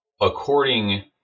according